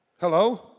Hello